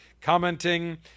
commenting